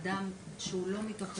אדם שהוא לא מתוך היישוב.